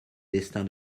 destin